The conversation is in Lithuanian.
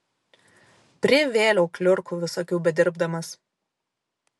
privėliau kliurkų visokių bedirbdamas